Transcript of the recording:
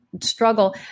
struggle